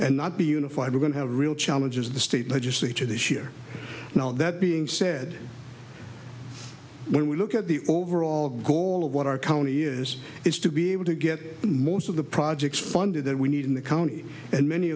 and not be unified we're going to have a real challenge is the state legislature this year now that being said when we look at the overall goal of what our county years it's to be able to get most of the projects funded that we need in the county and many